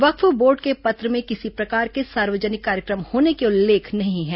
वक्फ board के पत्र में किसी प्रकार के सार्वजनिक कार्यक्रम होने के उल्लेख नहीं है